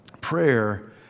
Prayer